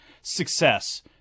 Success